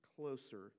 closer